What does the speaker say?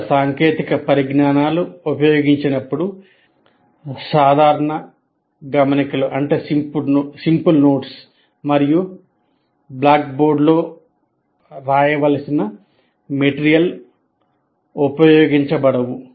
ఇతర సాంకేతిక పరిజ్ఞానాలు ఉపయోగించినప్పుడు సాధారణ గమనికలు ఉపయోగించబడవు